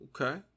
Okay